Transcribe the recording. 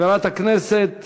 חברת הכנסת